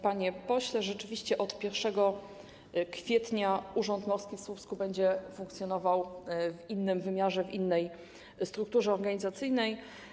Panie pośle, rzeczywiście od 1 kwietnia Urząd Morski w Słupsku będzie funkcjonował w innym wymiarze, w innej strukturze organizacyjnej.